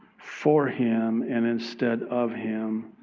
for him and instead of him,